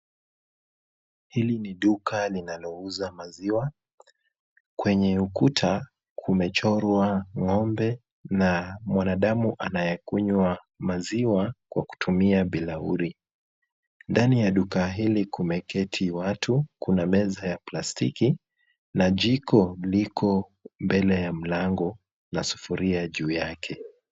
Hili ni duka linalouza maziwa. Kwenye ukuta kumechorwa ng'ombe na mwanadamu anayekunywa maziwa kwa kutumia bilauri. Ndani ya duka hili kumeketi watu, kuna meza ya plastiki na jiko liko mbele ya mlango na sufuria juu yake.